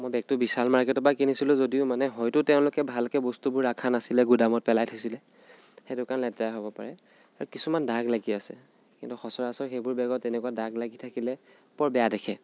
মই বেগটো বিশাল মাৰ্কেটৰ পৰা কিনিছিলোঁ যদিও মানে হয়তো তেওঁলোকে ভালকৈ বস্তুবোৰ ৰখা নাছিলে গুদামত পেলাই থৈছিলে সেইটো কাৰণে লেতেৰা হ'ব পাৰে আৰু কিছুমান দাগ লাগি আছে কিন্তু সচৰাচৰ সেইবোৰ বেগত তেনেকুৱা দাগ লাগি থাকিলে বৰ বেয়া দেখে